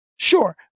Sure